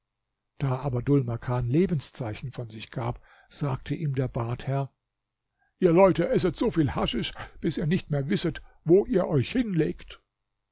da aber dhul makan lebenszeichen von sich gab sagte ihm der badherr ihr leute esset so viel haschisch bis ihr nicht mehr wisset wo ihr euch hinlegt